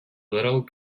little